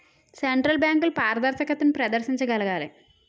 central బ్యాంకులు పారదర్శకతను ప్రదర్శించగలగాలి